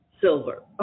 Silver